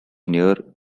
near